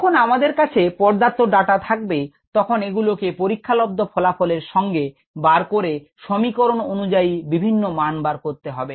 যখন আমাদের কাছে পর্যাপ্ত ডাটা থাকবে তখন এগুলোকে পরীক্ষালব্ধ ফলাফল এর সঙ্গে বার করে সমীকরণ অনুযায়ী বিভিন্ন মান বার করতে হবে